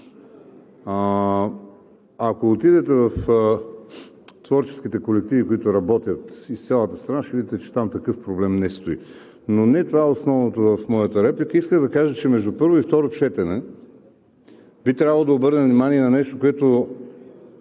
Ако отидете в творческите колективи, които работят из цялата страна, ще видите, че там такъв проблем не стои, но не това е основното в моята реплика. Исках да кажа, че между първо и второ четене би трябвало да обърнем внимание на нещо, на което